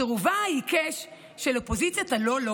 בסירובה העיקש של אופוזיציית הלא-לא